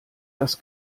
das